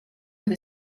with